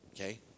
Okay